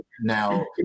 now